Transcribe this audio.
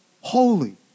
holy